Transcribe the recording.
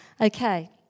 Okay